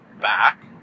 back